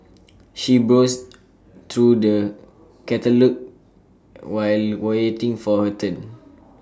she browsed through the catalogues while waiting for her turn